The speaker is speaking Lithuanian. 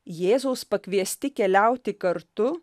jėzaus pakviesti keliauti kartu